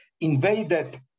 invaded